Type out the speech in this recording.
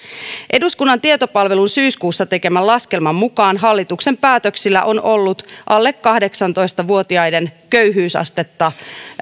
eduskunnan tietopalvelun syyskuussa tekemän laskelman mukaan hallituksen päätöksillä on ollut alle kahdeksantoista vuotiaiden köyhyysastetta